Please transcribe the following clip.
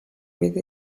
with